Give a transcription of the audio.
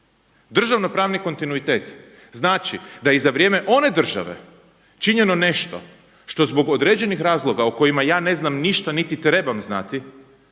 Državnopravni kontinuitet znači da i za vrijeme one države činjeno nešto što zbog određenih razloga o kojima ja ne znam ništa niti trebam znati,